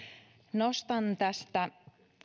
nostan tästä